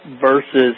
versus